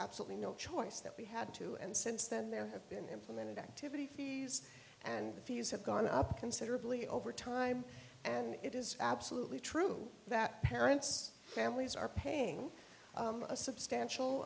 absolutely no choice that we had to and since then there have been implemented activity fees and the fees have gone up considerably over time and it is absolutely true that parents families are paying a substantial